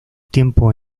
tiempo